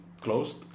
closed